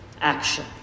action